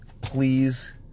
please